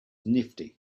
nifty